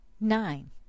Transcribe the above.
Nine